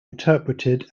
interpreted